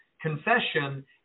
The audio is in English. confession